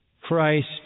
Christ